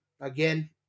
again